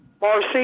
Marcy